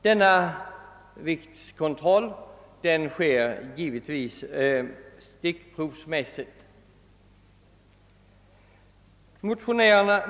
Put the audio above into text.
Denna viktkontroll sker givetvis genom stickprov.